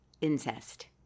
incest